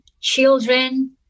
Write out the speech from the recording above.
children